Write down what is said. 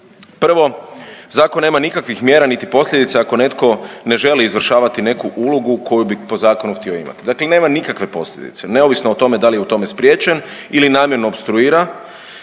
Prvo, zakon nema nikakvih mjera niti posljedica ako netko ne želi izvršavati neku ulogu koju bi po zakonu htio imati. Dakle nema nikakve posljedice neovisno o tome da li je u tome spriječen ili namjerno opstruira,